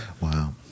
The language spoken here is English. Wow